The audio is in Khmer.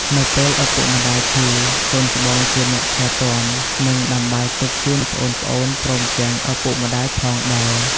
នៅពេលឪពុកម្តាយឈឺ កូនច្បងជាអ្នកថែទាំ និងដាំបាយទឹកជូនប្អូនៗព្រមទាំងឪពុកម្ដាយផងដែរ។